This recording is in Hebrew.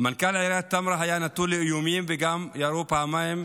מנכ"ל עיריית טמרה היה נתון לאיומים וגם ירו פעמיים,